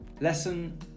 Lesson